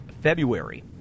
february